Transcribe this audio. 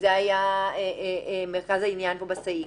שזה היה מרכז העניין פה בסעיף,